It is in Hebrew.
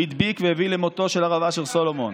הוא הדביק והביא למותו של הרב אשר סולומון.